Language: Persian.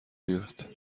میاد